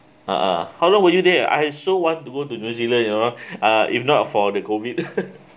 (uh huh) how long were you there I so want to go to new zealand you know uh if not for the COVID